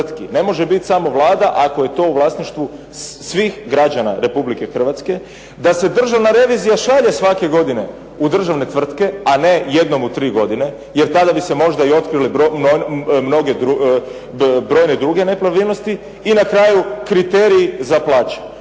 Ne može biti samo Vlada ako je to u vlasništvu svih građana Republike Hrvatske. Da se državna revizija šalje svake godine u državne tvrtke a ne jednom u tri godine jer tada bi se možda i otkrile brojne druge nepravilnosti. I na kraju, kriterij za plaće.